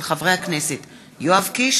של חברי הכנסת יואב קיש,